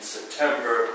September